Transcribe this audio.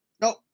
nope